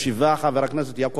חבר הכנסת יעקב אדרי,